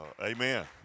amen